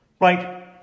Right